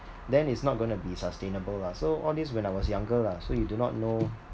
then it's not gonna be sustainable lah so all this when I was younger lah so you do not know